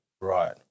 Right